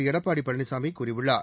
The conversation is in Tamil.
எடப்பாடி பழனிசாமி கூறியுள்ளார்